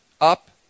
up